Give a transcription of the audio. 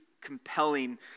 compelling